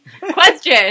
Question